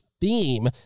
theme